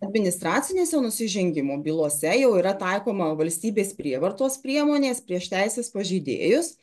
administracinėse nusižengimo bylose jau yra taikoma valstybės prievartos priemonės prieš teisės pažeidėjus